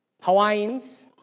Hawaiians